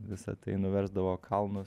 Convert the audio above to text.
visa tai nuversdavo kalnus